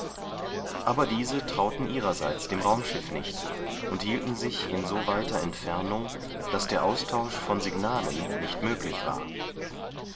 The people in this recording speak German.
aber diese trauten ihrerseits dem raumschiff nicht und hielten sich in so weiter entfernung daß der austausch von signalen nicht möglich war